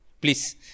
please